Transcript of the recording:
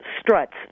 struts